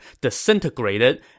disintegrated